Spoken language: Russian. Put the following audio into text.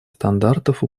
стандартов